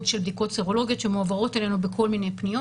של בדיקות סרולוגיות שמועברות אלינו בכל מיני פניות